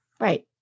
Right